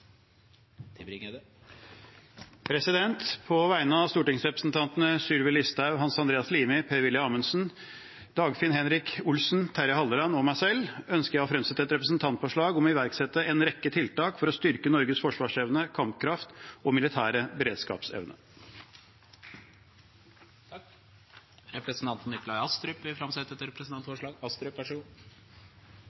På vegne av stortingsrepresentantene Sylvi Listhaug, Hans Andreas Limi, Per-Willy Amundsen, Dagfinn Henrik Olsen, Terje Halleland og meg selv ønsker jeg å fremsette et representantforslag om å iverksette en rekke tiltak for å styrke Norges forsvarsevne og nasjonale beredskap. Representanten Nikolai Astrup vil framsette et